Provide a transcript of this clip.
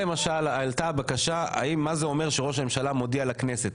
עלתה הבקשה האם מה זה אומר שראש הממשלה מודיע לכנסת,